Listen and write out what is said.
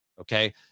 okay